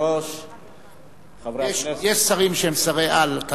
יש שרים שהם שרי-על.